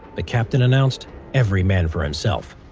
the captain announced every man for himself